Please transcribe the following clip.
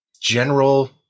general